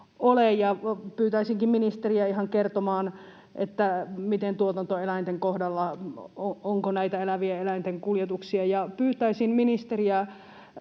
pyytäisinkin ministeriä ihan kertomaan, onko tuotantoeläinten kohdalla näitä elävien eläinten kuljetuksia. Pyytäisin ministeriä